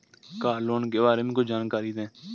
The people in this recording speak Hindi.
कार लोन के बारे में कुछ जानकारी दें?